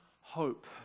hope